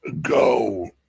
go